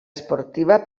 esportiva